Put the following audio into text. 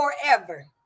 forever